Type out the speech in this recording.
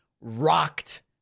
rocked